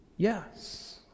Yes